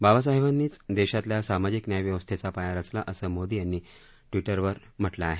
बाबासाहेबांनीच देशातल्या सामाजिक न्याय व्यवस्थेचा पाया रचला असं मोदी यांनी ट्विटर संदेशात म्हटलं आहे